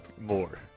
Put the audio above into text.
more